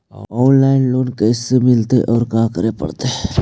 Online loan कैसे मिलतै औ का करे पड़तै?